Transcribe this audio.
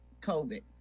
COVID